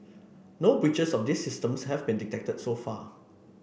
no breaches of these systems have been detected so far